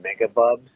megabubs